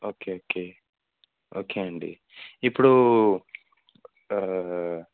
okay okay okay అండి ఇప్పుడూ